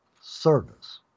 service